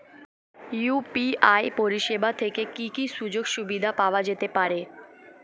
UPI পরিষেবা থেকে কি কি সুযোগ সুবিধা পাওয়া যেতে পারে?